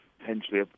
potentially